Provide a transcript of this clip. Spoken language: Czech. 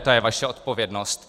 To je vaše odpovědnost.